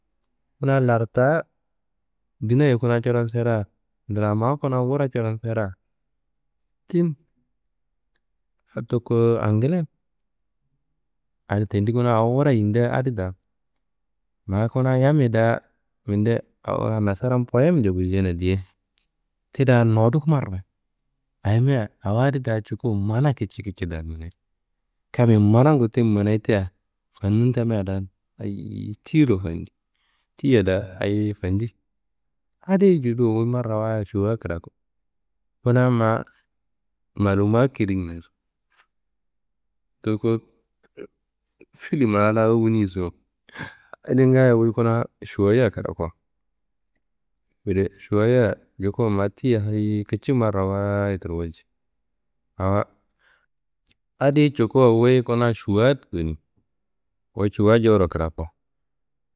Kuna lardá dinaya kuna coron serea ndlammaá kuna wura coron serea tin toko Anglen, adi kuna wura yindia adi da. Ma kuna yammiyi da minde awo nasaran poyemnje guljeina diye tida nowudu marrawayit ayimia awo adi da cukuwo mana kici kici da gullei. Kammiyi manangu tin manayi tea fanun tamia da hayiyi tiyiro fanji, tiyia da hayiyi fanji adi judowo wuyi marrawayit šuwa kraku. Kuna ma malummaá kirini toko filim a la wuniso adi ngaayo wuyi kuna šuwaya krakuwo. šuwayiya njukowo ma tiyia hayiyi kici marrawayit walci awo adi cukuwo wuyi kuna šuwa goni. Wuyi Šuwa jowuro krakuwo.